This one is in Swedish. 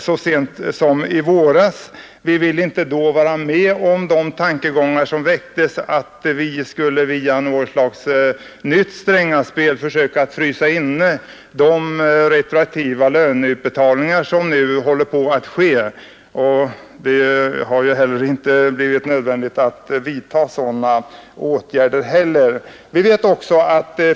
Riksdagen ville då inte ansluta sig till tankegången att via något slags nytt Strängaspel försöka frysa inne de retroaktiva löneutbetalningar som nu sker. Det har ju heller inte blivit nödvändigt att vidta sådana åtgärder.